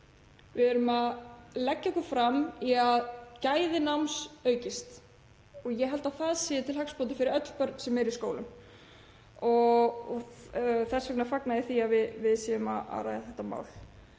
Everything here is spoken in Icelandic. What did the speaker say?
Við erum að leggja okkur fram í því að gæði náms aukist og ég held að það sé til hagsbóta fyrir öll börn sem eru í skóla og þess vegna fagna ég því að við séum að ræða þetta mál.